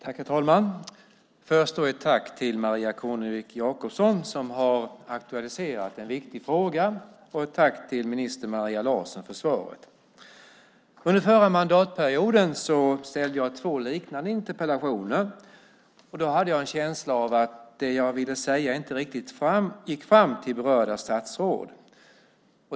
Herr talman! Först vill jag säga ett tack till Maria Kornevik Jakobsson som har aktualiserat en viktig fråga. Och sedan vill jag tacka minister Maria Larsson för svaret. Under förra mandatperioden ställde jag två liknande interpellationer. Då hade jag en känsla av att det jag ville säga inte riktigt gick fram till berörda statsråd.